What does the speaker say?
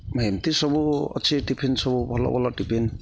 ଏମିତି ସବୁ ଅଛି ଟିଫିନ୍ ସବୁ ଭଲ ଭଲ ଟିଫିନ୍